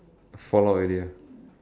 fall out already ah